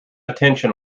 attention